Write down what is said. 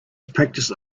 practiced